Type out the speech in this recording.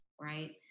right